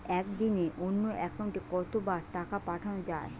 একদিনে অন্য একাউন্টে কত বার টাকা পাঠানো য়ায়?